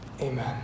Amen